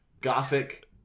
Gothic